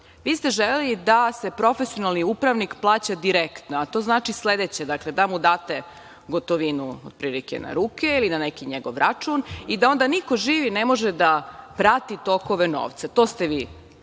Vi ste želeli da se profesionalni upravnik plaća direktno, a to znači sledeće – da mu date gotovinu na ruke ili na neki njegov račun i da onda niko živi ne može da prati tokove novca. To ste vi